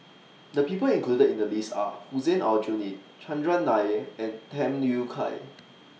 The People included in The list Are Hussein Aljunied Chandran Nair and Tham Yui Kai